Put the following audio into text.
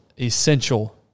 essential